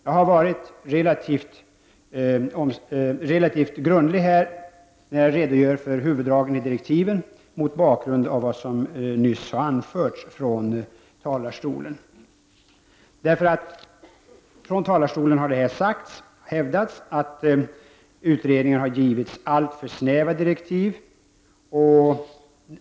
Jag har varit relativt grundlig i min redogörelse för huvuddragen i direktiven, detta mot bakgrund av vad som nyss har anförts från talarstolen. Från talarstolen har det ju hävdats att utredningen har fått alltför snäva direktiv.